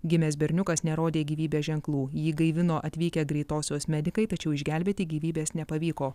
gimęs berniukas nerodė gyvybės ženklų jį gaivino atvykę greitosios medikai tačiau išgelbėti gyvybės nepavyko